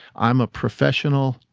i'm a professional,